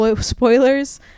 spoilers